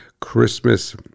christmas